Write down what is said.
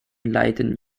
leiden